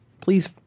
please